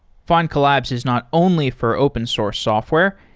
find collabs is not only for open source software,